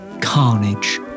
carnage